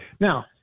Now